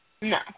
No